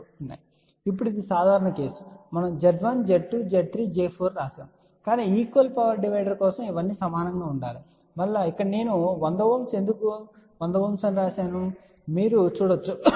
ఇప్పుడు ఇది సాధారణ కేసు మనము Z1 Z2 Z3 Z4 వ్రాసాము కాని ఈక్వల్ పవర్ డివైడర్ కోసం ఇవన్నీ సమానంగా ఉండాలి మరియు ఇక్కడ నేను 100 Ω ఎందుకు 100 Ω అని వ్రాశాను అని మీరు చూడవచ్చు